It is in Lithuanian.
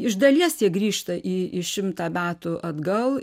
iš dalies jie grįžta į į šimtą metų atgal